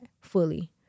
fully